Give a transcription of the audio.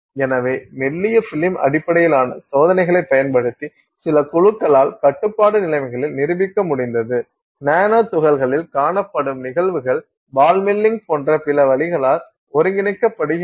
எனவே மெல்லிய பிலிம் அடிப்படையிலான சோதனைகளைப் பயன்படுத்தி சில குழுக்களால் கட்டுப்பாட்டு நிலைமைகளில் நிரூபிக்க முடிந்தது நானோ துகள்களில் காணப்படும் நிகழ்வுகள் பால்மில்லிங் போன்ற பிற வழிகளால் ஒருங்கிணைக்கப்படுகின்றன